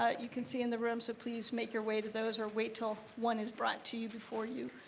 ah you can see in the room, so please make your way to those, or wait til one is brought to you before you